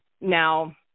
Now